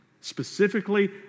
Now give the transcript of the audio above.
specifically